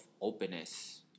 openness